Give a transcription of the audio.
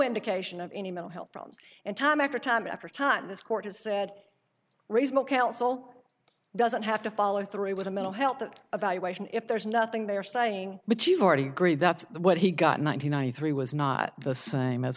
indication of any mental health problems and time after time after time this court has said recent counsel doesn't have to follow through with a mental health that about a ration if there's nothing they're saying but you've already agreed that's what he got ninety ninety three was not the same as